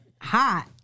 hot